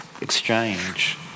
exchange